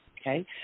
okay